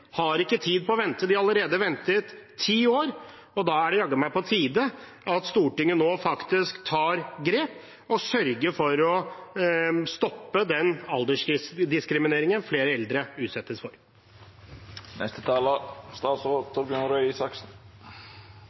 har ikke tid til å vente. De har allerede ventet i ti år, og da er det jaggu meg på tide at Stortinget nå faktisk tar grep og sørger for å stoppe den aldersdiskrimineringen flere eldre utsettes